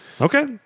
Okay